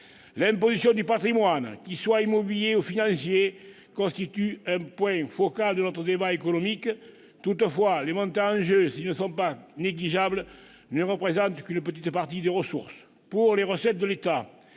L'imposition du patrimoine, qu'il soit immobilier ou financier, constitue un point focal de notre débat économique. Toutefois, les montants en jeu, s'ils ne sont pas négligeables, ne représentent qu'une petite partie des ressources. Pour les recettes de l'État